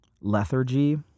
lethargy